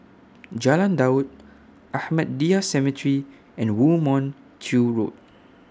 Jalan Daud Ahmadiyya Cemetery and Woo Mon Chew Road